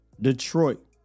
Detroit